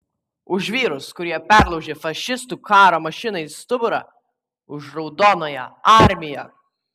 už vyrus kurie perlaužė fašistų karo mašinai stuburą už raudonąją armiją